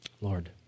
Lord